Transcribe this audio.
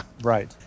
Right